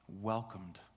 Welcomed